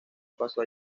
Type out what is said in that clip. paso